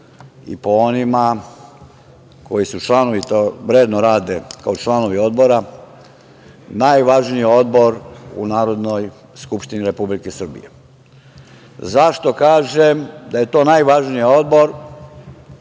i po onima koji su članovi tog odbora i vredno rade najvažniji odbor u Narodnoj skupštini Republike Srbije.Zašto kažem da je to najvažniji odbor?